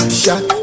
shot